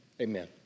amen